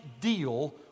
deal